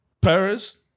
Paris